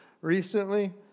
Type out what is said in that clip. recently